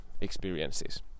experiences